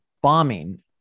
Bombing